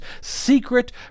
secret